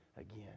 again